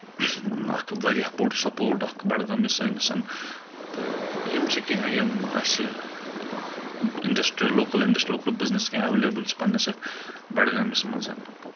اکھ واریاہ بوٚڑ سَپوٹ اکھ بَڈگٲمِس سٲنِس تہٕ یِم چھِ کینٛہہ یِم اَسہِ اِنڈَسٹریل لوکَل اِنڈَسٹ لوکَل بِزنس کینٛہہ ایویلیبٕل چھِ پَنٕنِس یَتھ بَڈگٲمِس منٛز